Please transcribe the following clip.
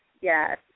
Yes